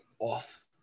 off